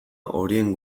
horien